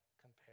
compare